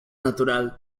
natural